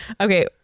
Okay